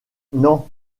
non